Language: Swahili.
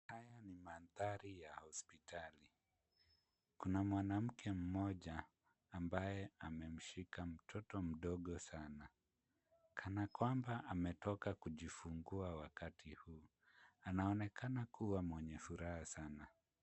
Haya ni mandhari ya hospitali. Kuna mwanamke mmoja ambaye amemshika mtoto mdogo sana, kana kwamba ametoka kujifungua wakati huu. Anaonekana kuwa mwenye furaha sana.